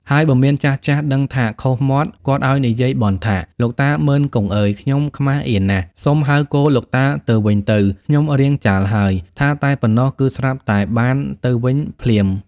ហើយបើមានចាស់ៗដឹងថាខុសមាត់ គាត់ឲ្យនិយាយបន់ថា ‍‍«លោកតា មុឺន-គង់ អើយ ខ្ញុំខ្មាសអៀនណាស់ សុំហៅគោលោកតាទៅវិញទៅ ខ្ញុំរាងចាលហើយ‍‍‍» ថាតែប៉ុណ្ណោះ គឺស្រាប់តែបានទៅវិញភ្លាម។